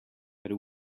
but